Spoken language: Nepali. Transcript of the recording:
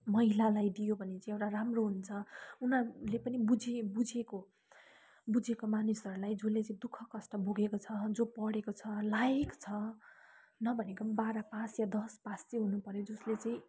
महिलालाई दियो भने चाहिँ एउटा राम्रो हुन्छ उनीहरूले पनि बुझी बुझेको बुझेको मानिसहरूलाई जसले चाहिँ दुख कष्ट भोगेको छ जो पढेको छ लायक छ नभनेको पनि बाह्र पास या दस पास चाहिँ हुनुपर्यो जसले चाहिँ